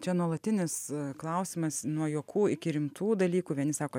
čia nuolatinis klausimas nuo juokų iki rimtų dalykų vieni sako